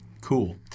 Cool